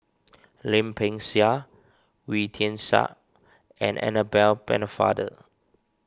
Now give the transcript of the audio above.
Lim Peng Siang Wee Tian Siak and Annabel Pennefather